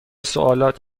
سوالات